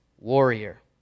warrior